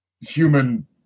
human